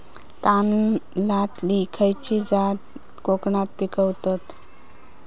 तांदलतली खयची जात कोकणात पिकवतत?